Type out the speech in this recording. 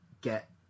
get